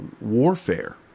warfare